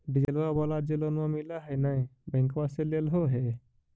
डिजलवा वाला जे लोनवा मिल है नै बैंकवा से लेलहो हे?